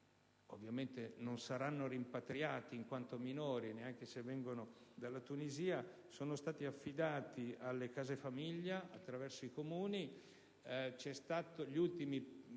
che non saranno rimpatriati, in quanto minori, neanche se vengono dalla Tunisia, sono stati affidati alle case famiglia attraverso i Comuni.